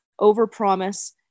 overpromise